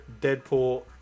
Deadpool